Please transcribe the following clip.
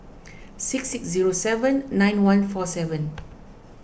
six six zero seven nine one four seven